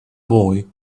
boy